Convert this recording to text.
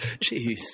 Jeez